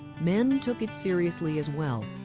men took it seriously as well.